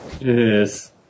yes